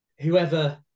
whoever